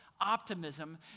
optimism